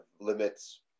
limits